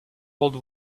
old